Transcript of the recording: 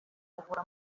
kuvura